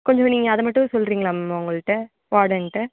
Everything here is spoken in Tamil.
கொஞ்சம் நீங்கள் அதை மட்டும் சொல்கிறிங்களா மேம் அவங்கள்ட்ட வாடன்கிட்ட